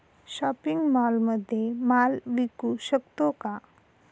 Shopping मॉलमध्ये माल विकू शकतो का?